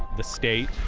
the state.